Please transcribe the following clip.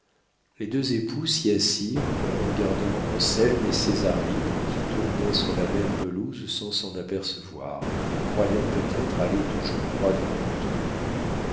les deux époux s'y assirent en regardant anselme et césarine qui tournaient sur la même pelouse sans s'en apercevoir croyant peut-être aller toujours droit devant eux